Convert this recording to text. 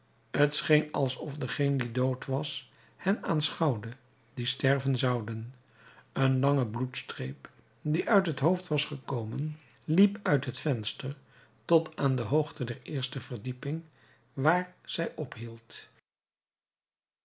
scheen alsof degeen die dood was hen aanschouwde die sterven zouden een lange bloedstreep die uit het hoofd was gekomen liep uit het venster tot aan de hoogte der eerste verdieping waar zij ophield